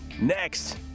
Next